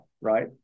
right